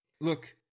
look